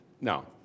no